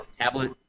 tablet